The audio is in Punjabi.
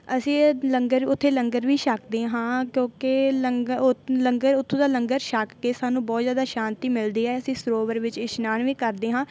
ਅਸੀਂ ਲੰਗਰ ਉੱਥੇ ਲੰਗਰ ਵੀ ਛਕਦੇ ਹਾਂ ਕਿਉਂਕਿ ਲੰਗਰ ਉੱਥੋਂ ਦਾ ਲੰਗਰ ਛਕ ਕੇ ਸਾਨੂੰ ਬਹੁਤ ਜ਼ਿਆਦਾ ਸ਼ਾਂਤੀ ਮਿਲਦੀ ਹੈ ਅਸੀਂ ਸਰੋਵਰ ਵਿੱਚ ਇਸ਼ਨਾਨ ਵੀ ਕਰਦੇ ਹਾਂ